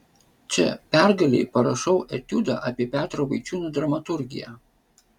čia pergalei parašau etiudą apie petro vaičiūno dramaturgiją